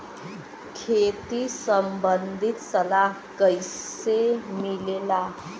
खेती संबंधित सलाह कैसे मिलेला?